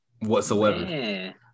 whatsoever